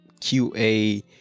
QA